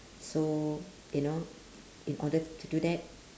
so you know in order to do that